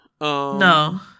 No